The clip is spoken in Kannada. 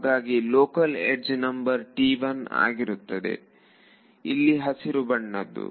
ಹಾಗಾಗಿ ಲೋಕಲ್ ಯಡ್ಜ್ ನಂಬರ್ಆಗಿರುತ್ತದೆ ಇಲ್ಲಿ ಹಸಿರು ಬಣ್ಣದ್ದು